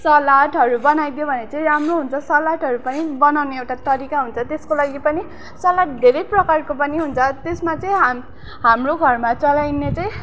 सलाटहरू बनाइदियो भने राम्रो हुन्छ सलाटहरू पनि बनाउने एउटा तरिका हुन्छ त्यसको लागि पनि सलाट धेरै प्रकारको पनि हुन्छ त्यसमा चाहिँ हाम्रो घरमा चलाइने चाहिँ